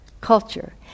culture